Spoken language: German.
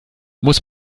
muss